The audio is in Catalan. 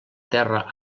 terra